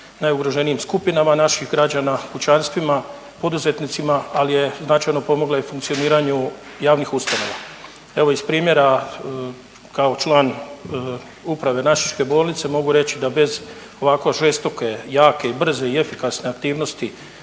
najugroženijim skupinama naših građana, kućanstvima, poduzetnicima, ali je načelno pomogla i funkcioniranju javnih ustanova. Evo iz primjera kao član uprave našičke bolnice mogu reći da bez ovako žestoke, jake i brze i efikasne aktivnosti